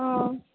ஆ